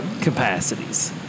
capacities